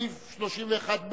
הצעת חוק החוזים האחידים (תיקון מס' 4),